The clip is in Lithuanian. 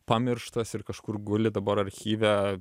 pamirštas ir kažkur guli dabar archyve